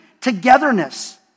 togetherness